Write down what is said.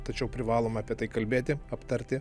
tačiau privalome apie tai kalbėti aptarti